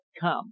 Come